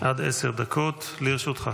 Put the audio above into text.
עד עשר דקות לרשותך.